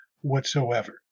whatsoever